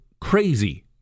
crazy